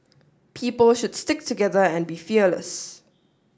people should stick together and be fearless